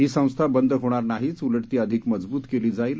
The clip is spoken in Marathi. ही संस्था बंद होणार नाहीय उलट ती अधिक मजबूत केली जाईल